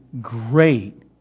great